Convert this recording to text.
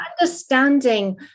understanding